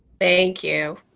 thank you.